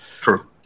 True